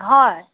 হয়